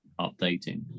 updating